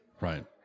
Right